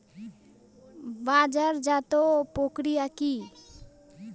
বাজারজাতও প্রক্রিয়া কি?